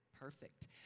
perfect